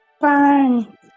Fine